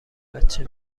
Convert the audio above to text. بچه